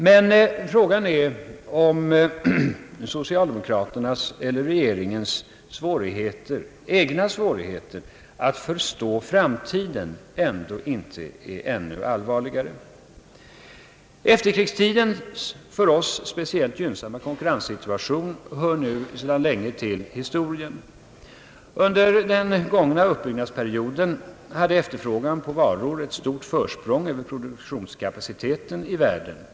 Men frågan är om socialdemokraternas eller regeringens egna svårigheter att förstå framtiden ändå inte är ännu allvarligare. Efterkrigstidens för oss speciellt gynnsamma konkurrenssituation hör nu sedan länge till historien. Under den långa uppbyggnadsperioden hade efterfrågan på varor ett stort försprång över produktionskapaciteten i världen.